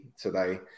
today